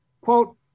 quote